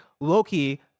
Loki